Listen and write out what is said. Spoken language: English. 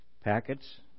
packets